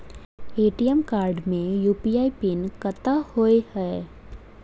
ATM card मे UPI PIN कतह होइ है?